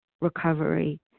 recovery